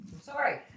Sorry